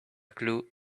clue